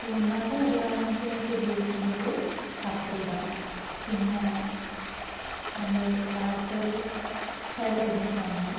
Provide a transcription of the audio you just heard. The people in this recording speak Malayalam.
പൂന്തോട്ട പരിപാലനത്തിനായിട്ട് ഉപയോഗിക്കുന്നത് കത്രിക പിന്നെ നമ്മള് വാട്ടറ് ഷവറ് ചെയ്യുന്ന സാധനം